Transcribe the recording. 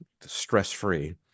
stress-free